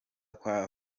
kwa